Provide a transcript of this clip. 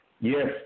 Yes